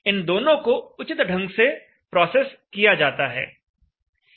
इन दोनों को उचित ढंग से प्रोसेस किया जाता है